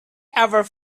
ever